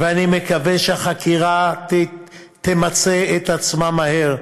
ואני מקווה שהחקירה תמצה את עצמה מהר,